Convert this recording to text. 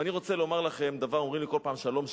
ואני רוצה לומר לכם דבר: אומרים לי כל פעם שלום,